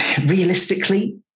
realistically